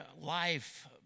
life